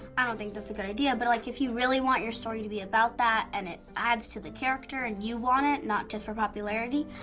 i don't think that's a good idea, but like if you really want your story to be about that and it adds to the character and you want it, not just for popularity,